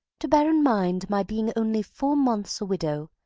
to bear in mind my being only four months a widow,